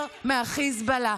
גרועה יותר מהחיזבאללה,